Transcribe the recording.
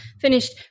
finished